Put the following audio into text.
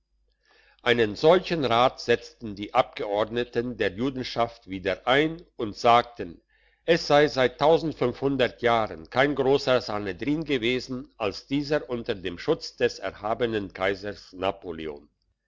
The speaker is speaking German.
einen solchen rat setzten die abgeordneten der judenschaft wieder ein und sagen es sei seit jahren kein grosser sanhedrin gewesen als dieser unter dem schutz des erhabenen kaisers napoleon